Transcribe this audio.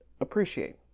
appreciate